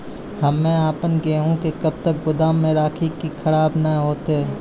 हम्मे आपन गेहूँ के कब तक गोदाम मे राखी कि खराब न हते?